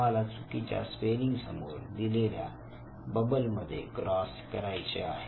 तुम्हाला चुकीच्या स्पेलिंग समोर दिलेल्या बबल मध्ये क्रॉस करायचा आहे